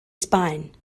sbaen